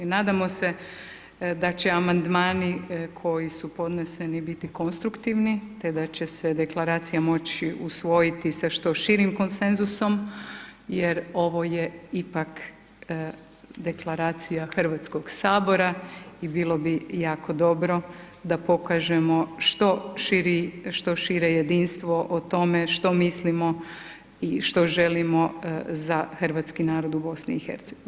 Nadamo se da će amandmani koji su podneseni biti konstruktivni te da će se deklaracija moći usvojiti sa što širim konsenzusom, jer ovo je ipak deklaracija Hrvatskog sabora i bilo bi jako dobro da pokažemo što šire jedinstvo o tome što mislimo i što želimo za hrvatski narod u BiH.